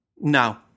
No